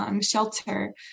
shelter